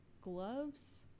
gloves